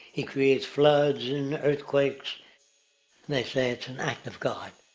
he creates floods and earthquakes and they say it's an act of god.